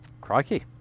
Crikey